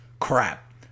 Crap